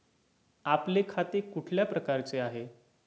आपले खाते कुठल्या प्रकारचे आहे?